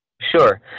Sure